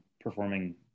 performing